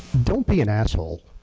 don't be an asshole,